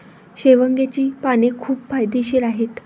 शेवग्याची पाने खूप फायदेशीर आहेत